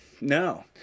no